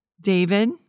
David